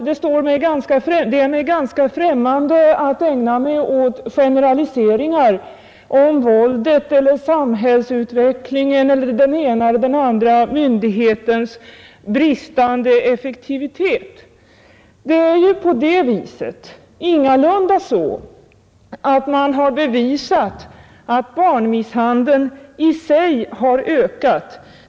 Det är mig ganska främmande att ägna mig åt generaliseringar om våldet eller samhällsutvecklingen eller den ena eller andra myndighetens bristande effektivitet. Man har ju ingalunda bevisat att barnmisshandeln i sig har ökat.